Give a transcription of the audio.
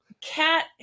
Cat